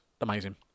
amazing